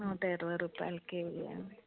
నూట ఇరవై రూపాయలు కేజీ అండి